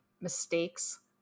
mistakes